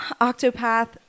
Octopath